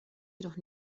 jedoch